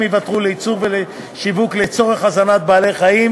יותרו לייצור ולשיווק לצורך הזנת בעלי-חיים